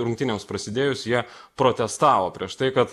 rungtynėms prasidėjus jie protestavo prieš tai kad